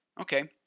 okay